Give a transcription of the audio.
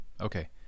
okay